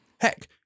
Heck